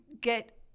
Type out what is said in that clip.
get